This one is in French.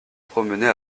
promener